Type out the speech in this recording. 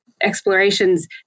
explorations